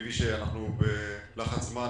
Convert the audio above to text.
מבין שאנחנו בלחץ זמן,